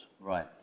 Right